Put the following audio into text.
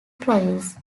province